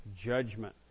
judgment